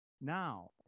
now